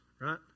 right